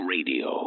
Radio